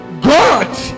god